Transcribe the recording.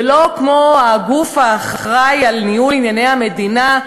ולא כמו הגוף האחראי על ניהול ענייני המדינה.